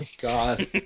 God